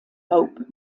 hope